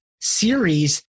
series